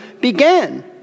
began